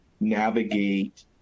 navigate